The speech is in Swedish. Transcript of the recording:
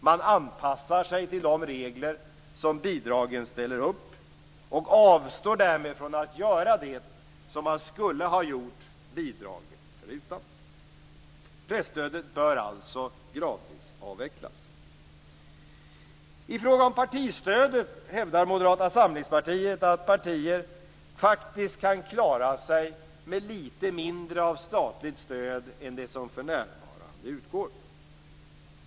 Man anpassar sig till de regler som bidragen ställer upp och avstår därmed från att göra det som man skulle ha gjort bidraget förutan. Presstödet bör alltså gradvis avvecklas. I fråga om partistödet hävdar Moderata samlingspartiet att partier kan klara sig med lite mindre av statligt stöd än det som för närvarande utgår.